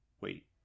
Wait